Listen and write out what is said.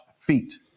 feet